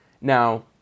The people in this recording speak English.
Now